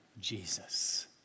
Jesus